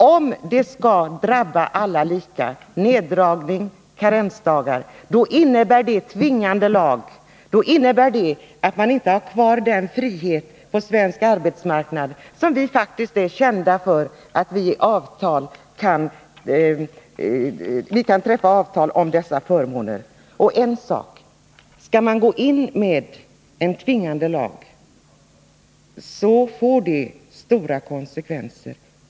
Om alla skall drabbas lika av nedrustning, karensdagar osv., då innebär det tvingande lag, då innebär det att man inte har kvar den frihet på svensk arbetsmarknad som vi faktiskt är kända för — att vi kan träffa avtal om dessa förmåner. Skall man tillgripa en tvingande lag, så får det stora konsekvenser.